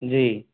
जी